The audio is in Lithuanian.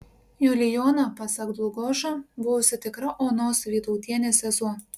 julijona pasak dlugošo buvusi tikra onos vytautienės sesuo